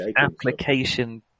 application